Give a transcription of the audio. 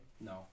No